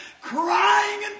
crying